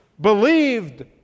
believed